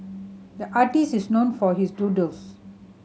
the artist is known for his doodles